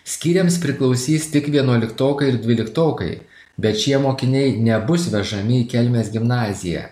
skyriams priklausys tik vienuoliktokai ir dvyliktokai bet šie mokiniai nebus vežami į kelmės gimnaziją